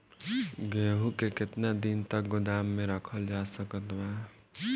गेहूँ के केतना दिन तक गोदाम मे रखल जा सकत बा?